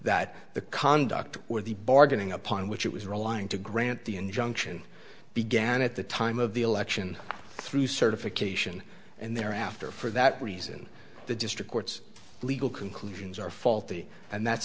that the conduct or the bargaining upon which it was relying to grant the injunction began at the time of the election through certification and thereafter for that reason the district court's legal conclusions are faulty and that